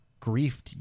griefed